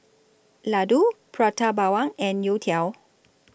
Laddu Prata Bawang and Youtiao